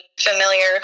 familiar